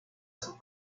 sus